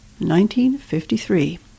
1953